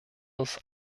uns